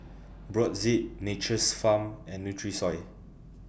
Brotzeit Nature's Farm and Nutrisoy